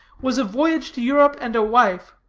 was a voyage to europe and a wife,